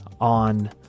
on